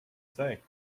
say